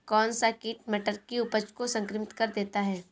कौन सा कीट मटर की उपज को संक्रमित कर देता है?